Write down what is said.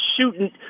shooting